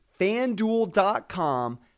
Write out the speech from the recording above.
FanDuel.com